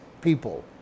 people